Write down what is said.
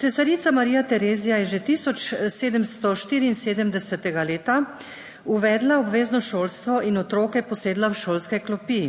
Cesarica Marija Terezija je že 1774 leta uvedla obvezno šolstvo in otroke posedla v šolske klopi,